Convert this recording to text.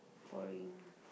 boring